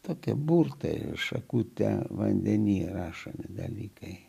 tokie burtai šakutę vandenie rašo dalykai